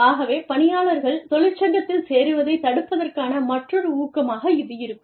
ஆகவே பணியாளர்கள் தொழிற்சங்கத்தில் சேருவதைத் தடுப்பதற்கான மற்றொரு ஊக்கமாக இது இருக்கும்